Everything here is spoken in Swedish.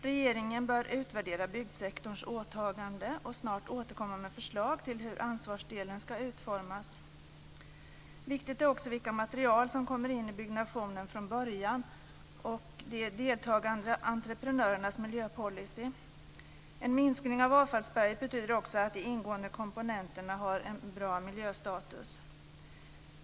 Regeringen bör utvärdera byggsektorns åtaganden och snart återkomma med förslag till hur ansvarsdelen ska utformas. Viktigt är också vilka material som kommer in i byggnationen från början och de deltagande entreprenörernas miljöpolicy. En minskning av avfallsberget betyder också att de ingående komponenterna har en bra miljöstatus.